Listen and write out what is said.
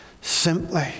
Simply